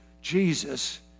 Jesus